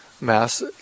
mass